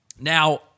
Now